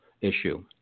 issue